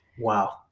Wow